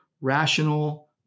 rational